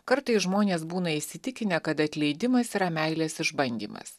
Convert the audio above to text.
kartais žmonės būna įsitikinę kad atleidimas yra meilės išbandymas